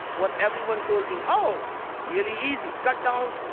what everyone told me oh, really easy, cut down,